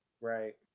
right